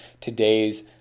today's